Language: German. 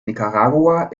nicaragua